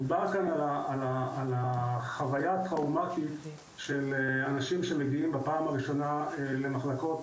דובר כאן על החוויה הטראומטית של אנשים שמגיעים בפעם הראשונה למחלקות